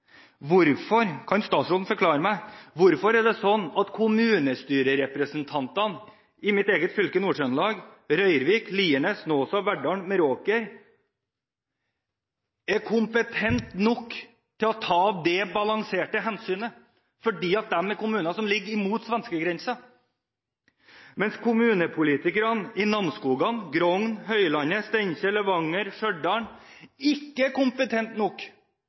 Kan statsråden forklare meg hvorfor det er sånn at kommunestyrerepresentantene i mitt eget fylke, Nord-Trøndelag, i Røyrvik, Lierne, Snåsa, Verdal og Meråker er kompetente nok til å ta de balanserte hensynene, fordi det er kommuner som ligger mot svenskegrensen, mens kommunepolitikerne i Namsskogan, Grong, Høylandet, Steinkjer, Levanger og Stjørdal ikke er kompetente nok